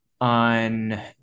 on